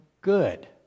good